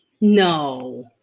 No